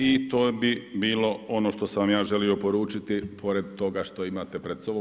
I to bi bilo ono što sam vam ja želio poručiti pored toga što imate pred sobom.